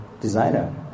designer